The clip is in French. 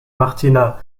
martina